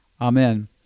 Amen